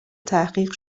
تحقیق